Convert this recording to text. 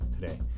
today